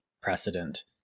precedent